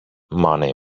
money